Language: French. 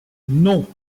non